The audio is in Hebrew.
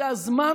זה הזמן,